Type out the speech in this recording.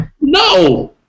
No